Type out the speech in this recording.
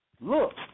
look